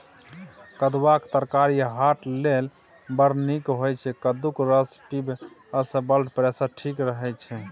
कद्दुआक तरकारी हार्ट लेल बड़ नीक होइ छै कद्दूक रस पीबयसँ ब्लडप्रेशर ठीक रहय छै